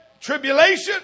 tribulation